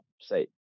say